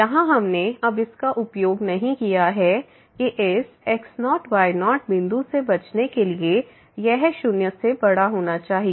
यहां हमने अब इसका उपयोग नहीं किया है कि इस x0y0 बिंदु से बचने के लिए यह 0 से बड़ा होना चाहिए